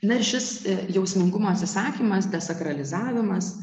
na ir šis jausmingumo atsisakymas desakralizavimas